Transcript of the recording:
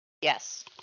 Yes